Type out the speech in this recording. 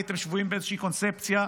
הייתם שבויים באיזושהי קונספציה.